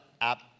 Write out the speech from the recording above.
app